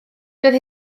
doedd